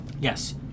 Yes